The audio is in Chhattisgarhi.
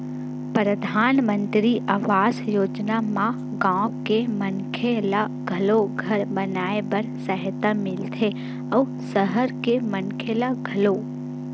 परधानमंतरी आवास योजना म गाँव के मनखे ल घलो घर बनाए बर सहायता मिलथे अउ सहर के मनखे ल घलो